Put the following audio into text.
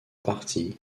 parti